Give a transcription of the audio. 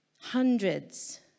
hundreds